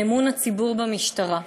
באמון הציבור במשטרה.